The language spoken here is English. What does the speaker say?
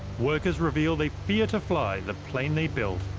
workers reveal they fear to fly the plane they build.